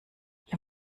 ihr